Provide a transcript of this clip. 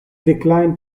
declined